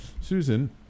susan